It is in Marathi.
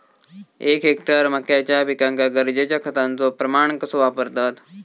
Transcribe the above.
एक हेक्टर मक्याच्या पिकांका गरजेच्या खतांचो प्रमाण कसो वापरतत?